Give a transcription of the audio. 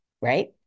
right